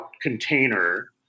container –